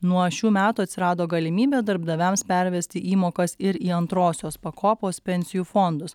nuo šių metų atsirado galimybė darbdaviams pervesti įmokas ir į antrosios pakopos pensijų fondus